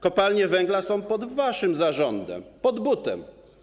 Kopalnie węgla są pod waszym zarządem, pod butem.